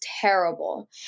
terrible